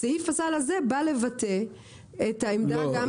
סעיף הסל הזה בא לבטא את העמדה -- לא,